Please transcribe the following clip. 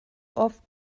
oft